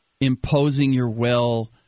imposing-your-will